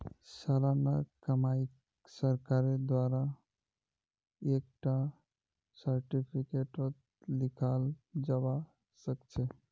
सालाना कमाईक सरकारेर द्वारा एक टा सार्टिफिकेटतों लिखाल जावा सखछे